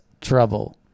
trouble